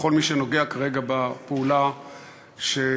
וכל מי שנוגע כרגע בפעולה שמתרחשת.